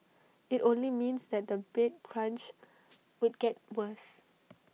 IT only means that the bed crunch would get worse